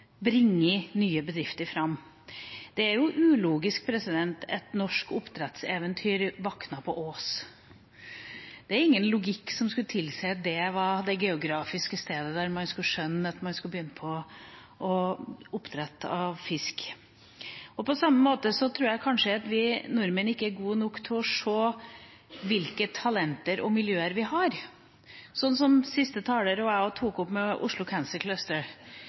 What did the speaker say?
at det var det geografiske stedet der man skjønte at man skulle begynne med oppdrett av fisk. På samme måte tror jeg kanskje at vi nordmenn ikke er gode nok til å se hvilke talenter og miljø vi har, som siste taler – og også jeg – tok opp om Oslo Cancer Cluster,